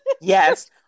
Yes